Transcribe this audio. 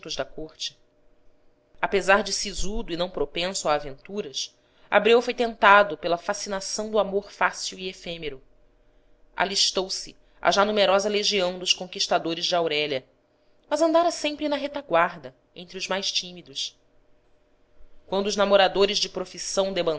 distintos da corte apesar de sisudo e não propenso a aventuras abreu foi tentado pela fascinação do amor fácil e efêmero alistou se à já numerosa legião dos conquistadores de aurélia mas andara sempre na retaguarda entre os mais tímidos quando os namoradores de profissão